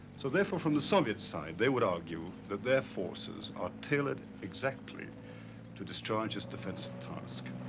so therefore, from the soviet side they would argue that their forces are tailored exactly to discharge its defensive task.